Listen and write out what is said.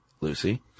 Lucy